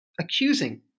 accusing